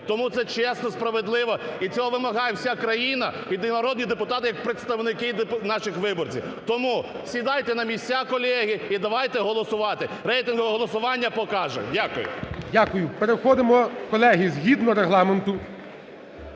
Тому це чесно, справедливо і цього вимагає вся країна і народні депутати як представники наших виборців. Тому сідайте на місця, колеги, і давайте голосувати. Рейтингове голосування покаже. Дякую. ГОЛОВУЮЧИЙ. Переходимо, колеги. Згідно Регламенту